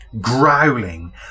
growling